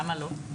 למה לא?